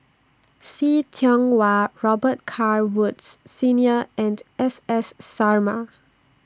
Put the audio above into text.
See Tiong Wah Robet Carr Woods Senior and S S Sarma